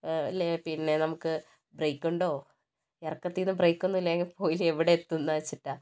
ലെ പിന്നെ നമുക്ക് ബ്രേക്ക് ഉണ്ടോ ഇറക്കത്തീന്ന് ബ്രേക്ക് ഒന്നുമില്ലെങ്കിൽ പോയില്ലേ എവിടെ എത്തുമെന്ന് വെച്ചിട്ടാണ്